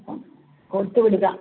കൊടുത്ത് വിടുക